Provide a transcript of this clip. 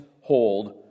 hold